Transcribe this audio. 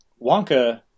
Wonka